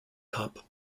cop